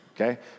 okay